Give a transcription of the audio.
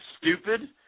stupid